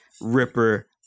ripper